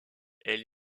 elle